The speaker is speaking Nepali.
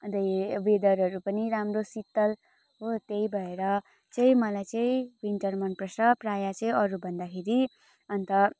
अन्त वे वेदरहरू पनि राम्रो शीतल हो त्यही भएर चाहिँ मलाई चाहिँ विन्टर मन पर्छ प्राय चाहिँ अरू भन्दाखेरि अन्त